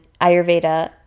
ayurveda